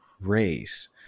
race